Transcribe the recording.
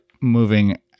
moving